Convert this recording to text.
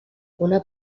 una